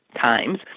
times